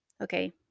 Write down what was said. Okay